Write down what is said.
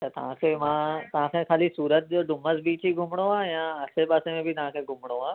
त तव्हांखे मां तव्हांखे ख़ाली सूरत जो डुमस बिच ई घुमणो आहे या आसिपासि में बि तव्हांखे घुमिणो आहे